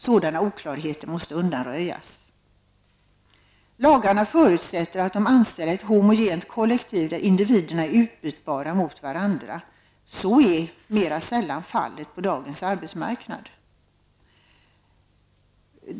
Sådana oklarheter måste undanröjas. -- Lagarna förutsätter att de anställda är ett homogent kollektiv där individerna är utbytbara mot varandra. Så är mera sällan fallet på dagens arbetsmarknad.